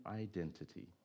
identity